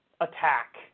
attack